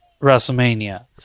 WrestleMania